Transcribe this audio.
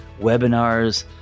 webinars